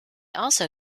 also